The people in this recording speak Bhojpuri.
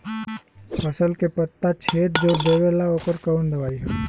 फसल के पत्ता छेद जो देवेला ओकर कवन दवाई ह?